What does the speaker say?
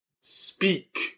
speak